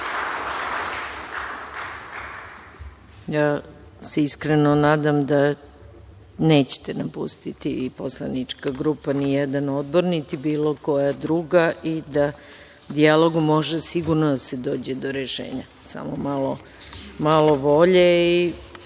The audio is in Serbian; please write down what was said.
se iskreno nadam da nećete napustiti, poslanička grupa, ni jedan odbor, niti bilo koja druga i da dijalogom može sigurno da se dođe do rešenja, samo malo volje.(Vojislav